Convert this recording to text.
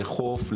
לאכוף,